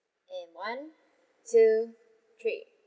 and one two three